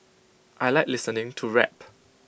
I Like listening to rap